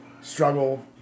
struggle